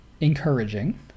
encouraging